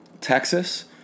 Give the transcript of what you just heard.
Texas